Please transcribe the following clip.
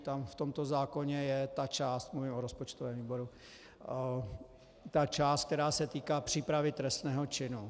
V tomto zákoně je ta část, mluvím o rozpočtovém výboru, ta část, která se týká přípravy trestného činu.